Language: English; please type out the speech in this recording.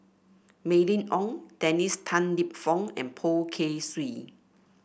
Mylene Ong Dennis Tan Lip Fong and Poh Kay Swee